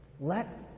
Let